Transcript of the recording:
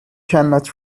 cannot